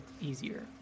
easier